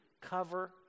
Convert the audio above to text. cover